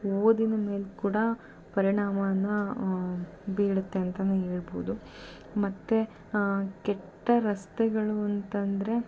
ಓದಿನ ಮೇಲೆ ಕೂಡ ಪರಿಣಾಮವನ್ನು ಬೀಳುತ್ತೆ ಅಂತನೂ ಹೇಳ್ಬೋದು ಮತ್ತು ಕೆಟ್ಟ ರಸ್ತೆಗಳು ಅಂತಂದರೆ